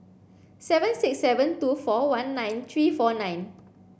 seven six seven two four one nine three four nine